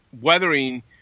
weathering